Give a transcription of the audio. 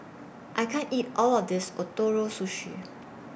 I can't eat All of This Ootoro Sushi